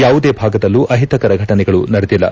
ಯಾವುದೇ ಭಾಗದಲ್ಲೂ ಅಹಿತಕರ ಘಟನೆಗಳು ನಡೆದಿಲ್ಲ